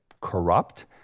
corrupt